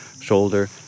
shoulder